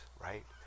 right